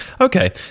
okay